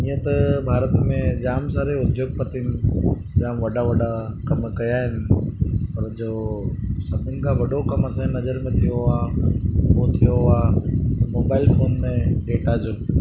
ईअं त भारत में जाम सारियूं उध्योगपतिनि जाम वॾा वॾा कमु कया आहिनि पर जो सभिनि खां वॾो कमु असांजे नज़र में थियो आ्हे उहो थियो आहे मोबाइल फोन में डेटा जो